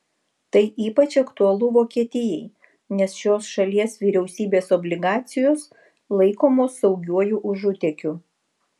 tai ypač aktualu vokietijai nes šios šalies vyriausybės obligacijos laikomos saugiuoju užutėkiu